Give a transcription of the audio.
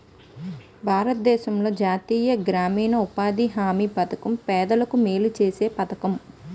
భారతదేశంలో జాతీయ గ్రామీణ ఉపాధి హామీ పధకం పేదలకు మేలు సేసే పధకము